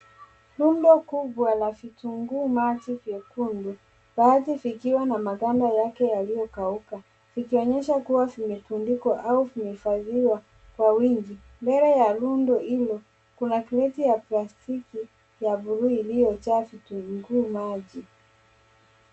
Rundo kubwa la vitunguu maji vyekundu baadhi vikiwa na makanda Yake yaliokauka ikionyesha kuwa vimetundikwa au vimehifadhiwa kwa uwingi mbele ya rundo hilo kuna ya kreti ya plastiki iliyojaa vitunguu maji.